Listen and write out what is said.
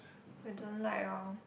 I don't like lor